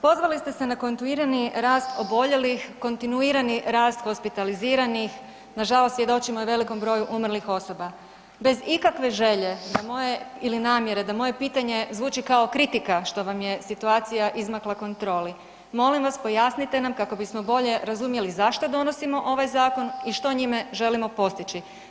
Pozvali ste se na kontinuirani rast oboljelih, kontinuirani rast hospitaliziranih, nažalost svjedočimo i velikom broju umrlih osoba, bez ikakve želje ili namjere da moje pitanje zvuči kao kritika što vam je situacija izmakla kontroli, molim vas pojasnite nam kako bismo bolje razumjeli zašto donosimo ovaj zakon i što njime želimo postići?